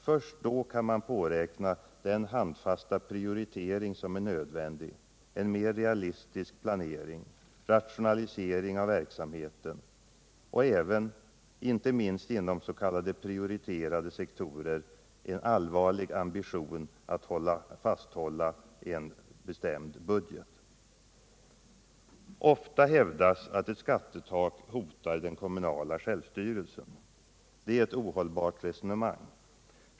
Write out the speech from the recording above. Först då kan man påräkna den handfasta prioritering som är nödvändig, en mer realistisk planering, rationalisering av verksamheten — inte minst inom s.k. prioriterade sektorer — och en allvarlig ambition att fasthålla en bestämd budget. Ofta hävdas att ett skattetak hotar den kommunala självstyrelsen. Det är ett ohållbart resonemang.